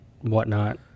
whatnot